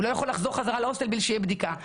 והוא לא יכול לחזור חזרה להוסטל בלי בדיקה.